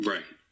Right